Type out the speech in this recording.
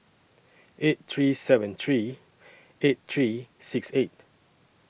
eight three seven three eight three six eight